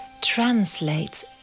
translates